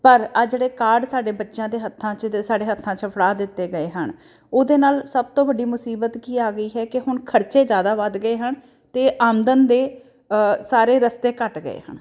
ਪਰ ਆਹ ਜਿਹੜੇ ਕਾਰਡ ਸਾਡੇ ਬੱਚਿਆਂ ਦੇ ਹੱਥਾਂ 'ਚ ਸਾਡੇ ਹੱਥਾਂ 'ਚ ਫੜਾ ਦਿੱਤੇ ਗਏ ਹਨ ਉਹਦੇ ਨਾਲ ਸਭ ਤੋਂ ਵੱਡੀ ਮੁਸੀਬਤ ਕੀ ਆ ਗਈ ਹੈ ਕਿ ਹੁਣ ਖਰਚੇ ਜ਼ਿਆਦਾ ਵੱਧ ਗਏ ਹਨ ਅਤੇ ਆਮਦਨ ਦੇ ਸਾਰੇ ਰਸਤੇ ਘੱਟ ਗਏ ਹਨ